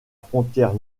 frontière